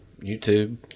YouTube